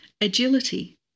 Agility